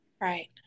Right